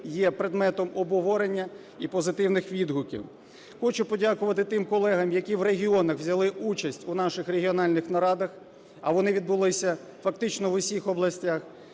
є предметом обговорення і позитивних відгуків. Хочу подякувати тим колегам, які в регіонах взяли участь у наших регіональних нарадах, а вони відбулися фактично в усіх областях.